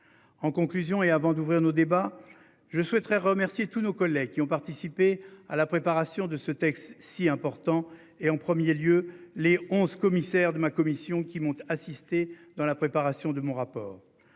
En conclusion, et avant d'ouvrir nos débats je souhaiterais remercier tous nos collègues qui ont participé à la préparation de ce texte si important et en 1er lieu les 11 commissaires de ma commission qui monte assister dans la préparation de mon rapport.